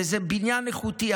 וזה בניין איכותי.